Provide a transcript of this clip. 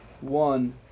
one